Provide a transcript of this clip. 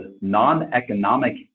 non-economic